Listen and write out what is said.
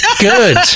Good